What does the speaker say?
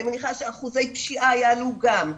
אני מניחה שאחוזי פשיעה יעלו גם.